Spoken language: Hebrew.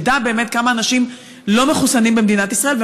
שנדע באמת כמה אנשים לא מחוסנים במדינת ישראל,